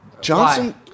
Johnson